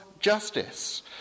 Justice